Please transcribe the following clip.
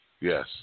Yes